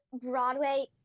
broadway